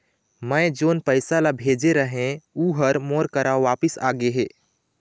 मै जोन पैसा ला भेजे रहें, ऊ हर मोर करा वापिस आ गे हे